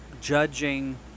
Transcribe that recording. judging